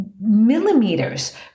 millimeters